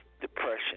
depression